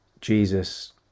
Jesus